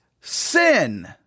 sin